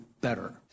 better